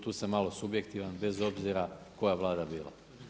Tu sam malo subjektivan bez obzira koja Vlada bila.